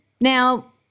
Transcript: Now